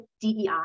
DEI